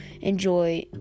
enjoy